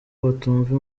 batumva